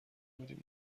بودیم